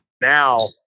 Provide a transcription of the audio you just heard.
Now